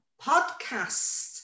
podcast